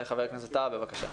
ח"כ טאהא בבקשה.